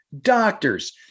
doctors